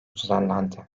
düzenlendi